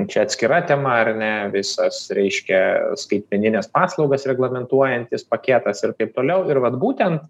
čia atskira tema ar ne visas reiškia skaitmenines paslaugas reglamentuojantis paketas ir taip toliau ir vat būtent